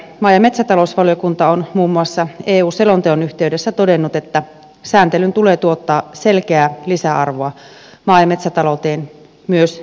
maa ja metsätalousvaliokunta on muun muassa eu selonteon yhteydessä todennut että sääntelyn tulee tuottaa selkeää lisäarvoa maa ja metsätalouteen myös elintarviketuotantoon